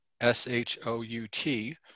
S-H-O-U-T